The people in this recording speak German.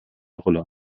rolle